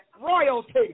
royalty